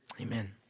Amen